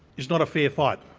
is not a fair fight.